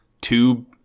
tube